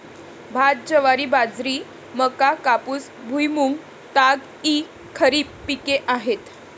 भात, ज्वारी, बाजरी, मका, कापूस, भुईमूग, ताग इ खरीप पिके आहेत